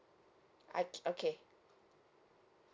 I okay